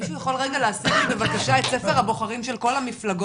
מישהו יכול לעשות לי בבקשה את ספר הבוחרים של כל המפלגות,